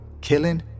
Killing